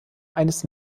eines